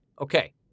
Okay